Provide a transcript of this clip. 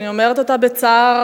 ואני אומרת בצער,